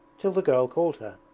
till the girl called her.